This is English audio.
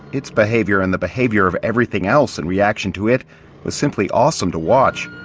its behaviour and the behaviour of everything else in reaction to it was simply awesome to watch.